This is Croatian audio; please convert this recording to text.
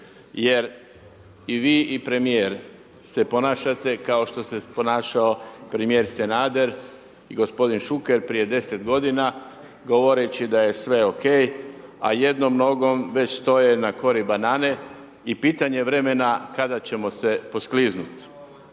Jer i vi i premijer se ponašate kao što se ponašao premijer Sanader i gospodin Šuker prije 10 godina govoreći da je sve ok a jednom nogom već stoje na kori banane i pitanje je vremena kada ćemo se poskliznuti.